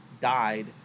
died